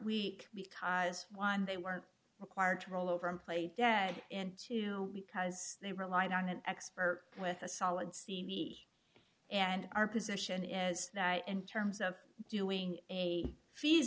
we because one they weren't required to roll over and play dead and to know because they relied on an expert with a solid c v and our position is that in terms of doing a fees